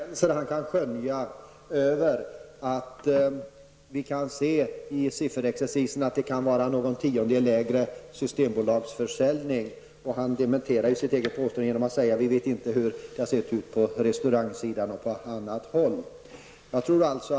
Fru talman! Statsrådet Lindqvist har sagt så många bra saker att jag beklagar att han nu börjar låta förnöjsam över de tendenser han kan skönja, nämligen att vi i siffermaterialet kan se att systembolagens försäljning under 1990 kan ligga någon tiondel lägre än året innan. Han dementerade också sitt eget påstående genom att sedan säga att vi inte vet hur det har sett ut bl.a. på restaurangsidan.